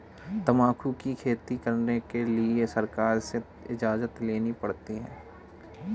तंबाकू की खेती करने के लिए सरकार से इजाजत लेनी पड़ती है